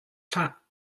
hlah